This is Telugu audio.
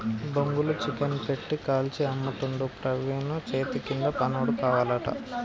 బొంగుల చికెన్ పెట్టి కాల్చి అమ్ముతుండు ప్రవీణు చేతికింద పనోడు కావాలట